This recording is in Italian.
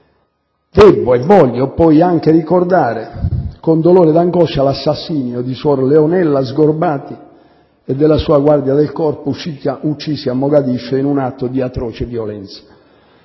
Debbo e voglio poi anche ricordare con dolore e angoscia l'assassinio di suor Leonella Sgorbati e della sua guardia del corpo, uccisi a Mogadiscio in un atto di atroce violenza.